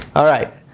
alright,